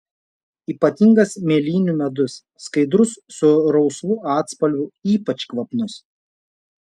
ypatingas mėlynių medus skaidrus su rausvu atspalviu ypač kvapnus